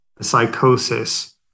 Psychosis